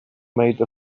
made